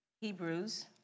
Hebrews